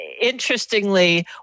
Interestingly